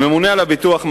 הממונה על הביטוח,